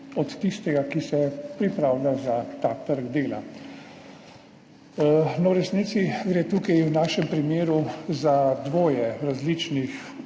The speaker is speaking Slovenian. od tistega, ki se pripravlja za ta trg dela. V resnici gre tukaj v našem primeru za dvoje različnih